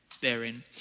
Therein